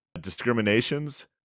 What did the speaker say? discriminations